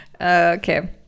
okay